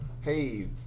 Hey